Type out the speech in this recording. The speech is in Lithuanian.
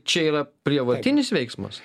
čia yra prievartinis veiksmas